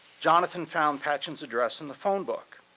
jonathan found patchen's address in the phone book